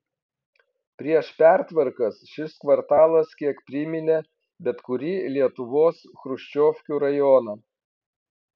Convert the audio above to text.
prieš pertvarkas šis kvartalas kiek priminė bet kurį lietuvos chruščiovkių rajoną